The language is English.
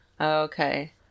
okay